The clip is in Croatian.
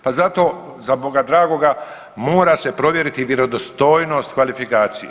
Pa zato, za Boga dragoga, mora se provjeriti vjerodostojnost kvalifikacije.